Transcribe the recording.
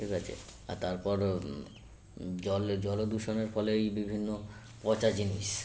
ঠিক আছে তারপর জল জল দূষণের ফলে এই বিভিন্ন পচা জিনিস